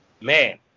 man